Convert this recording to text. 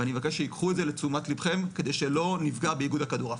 ואני מבקש שתיקחו את זה לתשומת לבכם כדי שלא נפגע באיגוד הכדורעף.